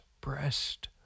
breast